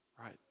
Right